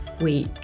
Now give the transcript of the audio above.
week